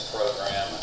Program